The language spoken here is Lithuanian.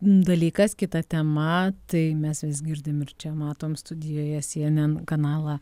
dalykas kita tema tai mes vis girdim ir čia matom studijoje cnn kanalą